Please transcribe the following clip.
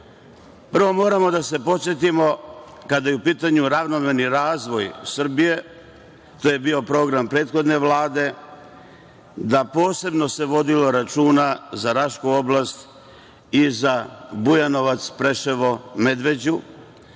moramo da se podsetimo kada je u pitanju ravnomerni razvoj Srbije, to je bio program prethodne Vlade, da se posebno vodilo računa za Rašku oblast i za Bujanovac, Preševo, Medveđu